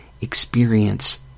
experience